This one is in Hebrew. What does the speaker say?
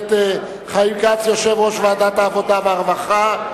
הכנסת חיים כץ, יושב-ראש ועדת העבודה והרווחה.